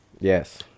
Yes